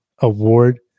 Award